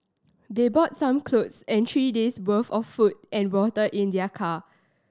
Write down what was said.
they brought some cloth and three days'worth of food and water in their car